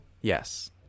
Yes